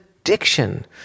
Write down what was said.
addiction